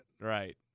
right